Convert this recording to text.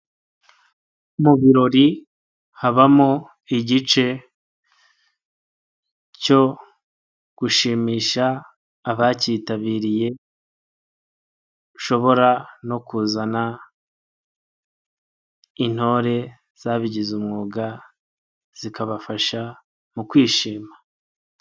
Mu birori habamo igice cyo gushimisha abacyitabiriye ushobora no kuzana intore z'bigize umwuga zikabafasha mu kwishima.